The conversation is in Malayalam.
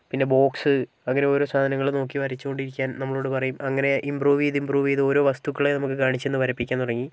പിന്നെ ബോക്സ് അങ്ങനെ ഓരോ സാധനങ്ങളും നോക്കി വരച്ച് കൊണ്ടിരിക്കാൻ നമ്മളോട് പറയും അങ്ങനെ ഇമ്പ്റൂവ് ചെയ്ത് ഇമ്പ്റൂവ് ചെയ്ത് ഓരോ വസ്തുക്കളെ നമുക്ക് കാണിച്ച് തന്ന് വരപ്പിക്കാൻ തുടങ്ങി